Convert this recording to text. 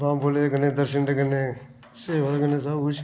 बम भोले दे कन्नै दर्शन ते कन्नै सेवा ते कन्नै सब किश